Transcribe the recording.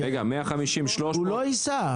רגע, 300 --- הוא לי ייסע.